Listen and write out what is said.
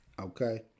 Okay